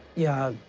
yeah.